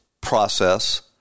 process